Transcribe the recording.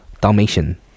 Dalmatian